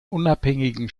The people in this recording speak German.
unabhängigen